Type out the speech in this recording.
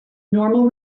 normal